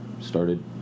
Started